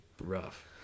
rough